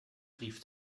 brief